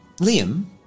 Liam